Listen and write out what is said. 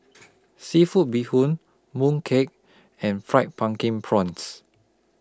Seafood Bee Hoon Mooncake and Fried Pumpkin Prawns